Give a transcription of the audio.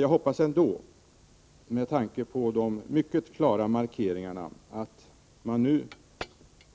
Jag hoppas ändå med tanke på de mycket klara markeringarna att man nu